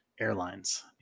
airlines